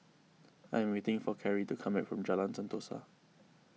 I am waiting for Cari to come back from Jalan Sentosa